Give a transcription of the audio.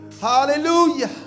Hallelujah